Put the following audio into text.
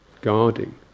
guarding